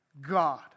God